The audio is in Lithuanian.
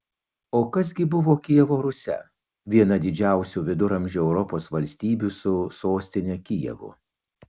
o kas gi buvo kijevo rusia viena didžiausių viduramžių europos valstybių su sostine kijevu